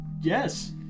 Yes